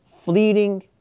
fleeting